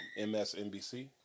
MSNBC